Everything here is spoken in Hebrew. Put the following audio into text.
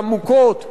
העמוקות,